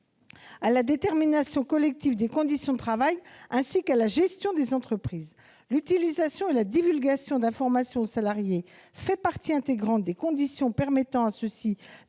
à la détermination collective des conditions de travail, ainsi qu'à la gestion des entreprises. L'utilisation et la divulgation aux salariés d'informations font partie intégrante des conditions permettant à ceux-ci